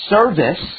Service